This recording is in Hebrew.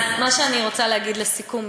מה שאני רוצה להגיד לסיכום,